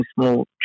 small